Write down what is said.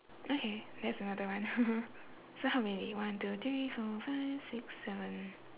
okay that's another one so how many one two three four five six seven